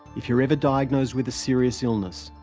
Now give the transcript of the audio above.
if you're ever diagnosed with a serious illness,